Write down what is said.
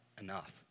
enough